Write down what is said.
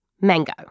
mango